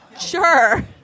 Sure